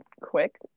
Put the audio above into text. quick